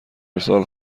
ارسال